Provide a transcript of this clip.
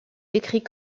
décrit